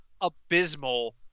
abysmal